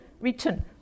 written